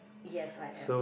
yes I am